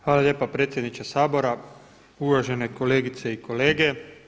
Hvala lijepa predsjedniče Sabora, uvažene kolegice i kolege.